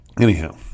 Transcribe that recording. anyhow